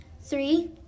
Three